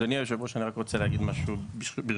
אדוני היושב-ראש, אני רק רוצה להגיד משהו ברשותך.